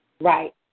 Right